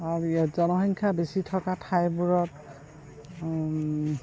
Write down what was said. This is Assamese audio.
আৰু ইয়াত জনসংখ্যা বেছি থকা ঠাইবোৰত